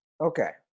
Okay